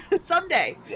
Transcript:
Someday